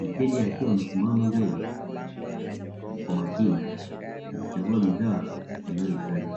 mteja akiwa amesimama mbele kwa makini, akichagua bidhaa anayohitaji.